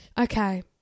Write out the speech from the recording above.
Okay